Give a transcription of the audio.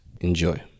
Enjoy